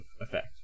effect